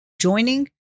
joining